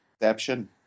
exception